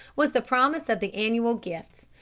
was the promise of the annual gifts,